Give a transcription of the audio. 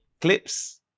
clips